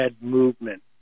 movement